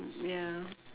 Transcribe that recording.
ya